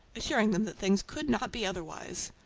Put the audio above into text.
assuring them that things could not be otherwise.